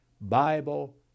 Bible